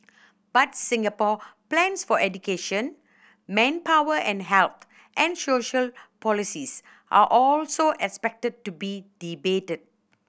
but Singapore plans for education manpower and health and social policies are also expected to be debated